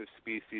Species